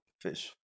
fish